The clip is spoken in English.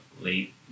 late